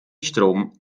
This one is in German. strom